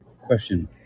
Question